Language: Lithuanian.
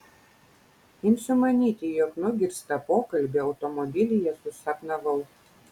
imsiu manyti jog nugirstą pokalbį automobilyje susapnavau